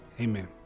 amen